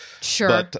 Sure